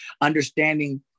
understanding